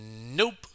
Nope